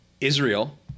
Israel